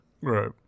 Right